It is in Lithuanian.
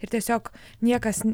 ir tiesiog niekas